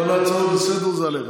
כל ההצעות לסדר-היום זה עליך.